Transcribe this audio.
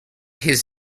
his